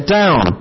down